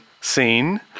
scene